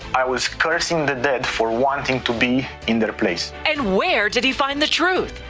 i was cursing the dead for wanting to be in their place. and where did he find the truth?